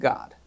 God